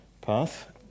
path